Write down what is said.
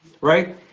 right